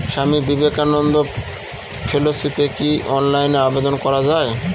স্বামী বিবেকানন্দ ফেলোশিপে কি অনলাইনে আবেদন করা য়ায়?